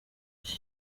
iki